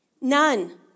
None